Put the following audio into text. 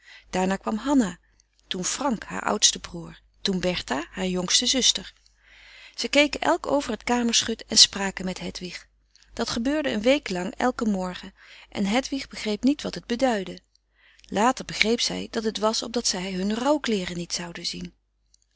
daarna kwam hanna toen frank haar oudste broer toen bertha haar jongste zuster ze keken elk over het kamerschut en spraken met hedwig dat gebeurde een week lang elken morgen en hedwig begreep niet wat het beduidde later begreep zij dat het was opdat zij hun rouwkleeren niet zoude zien